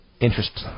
Interest